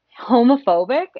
homophobic